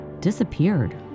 disappeared